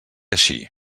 així